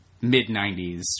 mid-90s